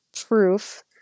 proof